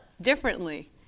differently